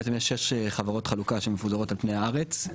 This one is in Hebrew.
יש שש חברות חלוקה שמפוזרות על פני הארץ,